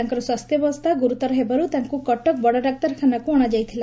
ତାଙ୍କର ସ୍ୱାସ୍ଚ୍ୟବସ୍ଚା ଗୁରୁତର ହେବାରୁ ତାଙ୍କୁ କଟକ ବଡ ଡାକ୍ତରଖାନାକୁ ଅଣାଯାଇଥିଲା